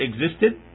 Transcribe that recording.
existed